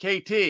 KT